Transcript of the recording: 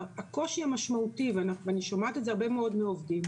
הקושי המשמעותי ואני שומעת את זה הרבה מאוד מהעובדים,